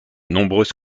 nombreuses